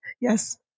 yes